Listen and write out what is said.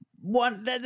One